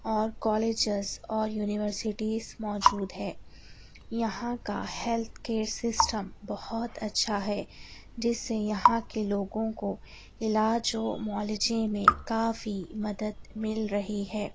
اور کالجز اور یونیورسٹیز موجود ہیں یہاں کا ہیلتھ کیر سسٹم بہت اچھا ہے جس سے یہاں کے لوگوں کو علاج و معالجے میں کافی مدد مل رہی ہے